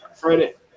credit